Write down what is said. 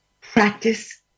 practice